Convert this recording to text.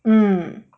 mm